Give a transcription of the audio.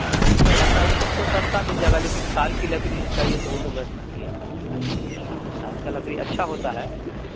ہاں وہ تو رہتا وہ سب تو سستا مل جائے گا لیکن سال کی لکڑی جو چاہیے تو وہ تو بہت مہنگی آتی ہے سال کی سال کا لکڑی اچھا ہوتا ہے